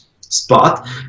spot